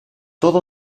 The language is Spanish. todo